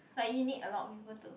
like you need a lot of people to